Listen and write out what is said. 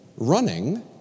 running